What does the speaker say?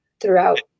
throughout